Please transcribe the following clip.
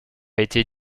été